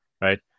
right